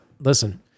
listen